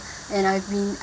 and I've been